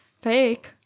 fake